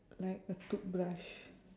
like a toothbrush